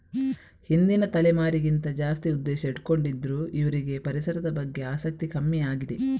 ಹಿಂದಿನ ತಲೆಮಾರಿಗಿಂತ ಜಾಸ್ತಿ ಉದ್ದೇಶ ಇಟ್ಕೊಂಡಿದ್ರು ಇವ್ರಿಗೆ ಪರಿಸರದ ಬಗ್ಗೆ ಆಸಕ್ತಿ ಕಮ್ಮಿ ಆಗಿದೆ